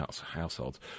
households